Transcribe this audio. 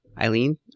Eileen